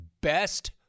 best